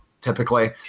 typically